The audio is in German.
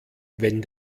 wenn